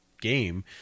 game